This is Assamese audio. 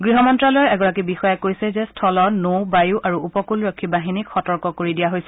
গৃহ মন্ত্যালয়ৰ এগৰাকী বিষয়াই কৈছে যে স্থল নৌ বায়ু আৰু উপকৃলৰক্ষী বাহিনীক সতৰ্ক কৰি দিয়া হৈছে